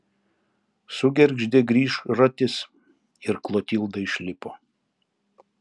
sugergždė grįžratis ir klotilda išlipo